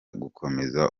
gukomeza